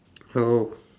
oh